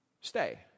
Stay